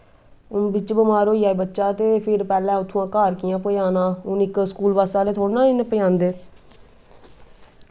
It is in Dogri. हून बिच बमार होई जा बच्चा ते फिर पैह्लें घर कि'यां पजाना हून इक्को स्कूल बस आह्ले थोड़े ना पजांदे न